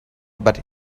but